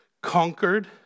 conquered